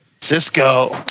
Cisco